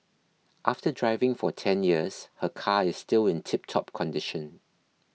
after driving for ten years her car is still in tiptop condition